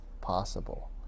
possible